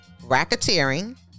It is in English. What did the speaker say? racketeering